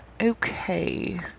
Okay